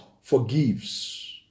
forgives